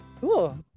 Cool